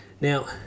Now